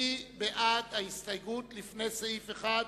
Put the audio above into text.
מי בעד ההסתייגות שלפני סעיף 1?